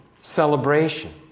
celebration